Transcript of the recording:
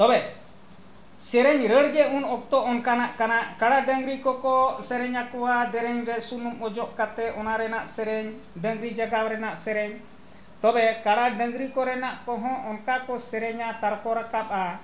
ᱛᱚᱵᱮ ᱥᱮᱨᱮᱧ ᱨᱟᱹᱲ ᱜᱮ ᱩᱱ ᱚᱠᱛᱚ ᱚᱱᱠᱟᱱᱟᱜ ᱠᱟᱱᱟ ᱠᱟᱲᱟ ᱰᱟᱝᱨᱤ ᱠᱚᱠᱚ ᱥᱮᱨᱮᱧᱟᱠᱚᱣᱟ ᱫᱮᱨᱮᱧ ᱨᱮ ᱥᱩᱱᱩᱢ ᱚᱡᱚᱜ ᱠᱟᱛᱮᱫ ᱚᱱᱟ ᱨᱮᱱᱟᱜ ᱥᱮᱨᱮᱧ ᱰᱟᱹᱝᱨᱤ ᱡᱟᱜᱟᱣ ᱨᱮᱱᱟᱜ ᱥᱮᱨᱮᱧ ᱛᱚᱵᱮ ᱠᱟᱲᱟ ᱰᱟᱹᱝᱨᱤ ᱠᱚᱨᱮᱱᱟᱜ ᱠᱚᱦᱚᱸ ᱚᱱᱠᱟ ᱠᱚ ᱥᱮᱨᱮᱧᱟ ᱛᱟᱨᱠᱚ ᱨᱟᱠᱟᱵᱼᱟ